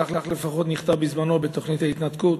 כך לפחות נכתב בזמנו בתוכנית ההתנתקות,